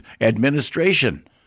administration